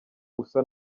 usa